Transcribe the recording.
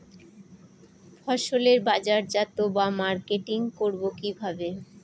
ফসলের বাজারজাত বা মার্কেটিং করব কিভাবে?